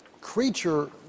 creature